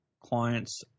clients